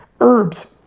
herbs